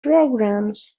programs